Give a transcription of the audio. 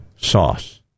sauce